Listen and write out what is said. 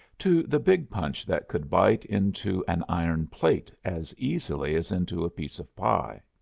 to the big punch that could bite into an iron plate as easily as into a piece of pie.